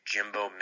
Jimbo